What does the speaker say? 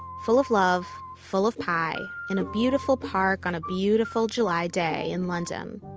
full of love, full of pie, in a beautiful park, on a beautiful july day in london.